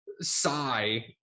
sigh